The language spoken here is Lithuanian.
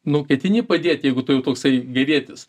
nu ketini padėt jeigu tu jau toksai gerietis